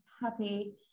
happy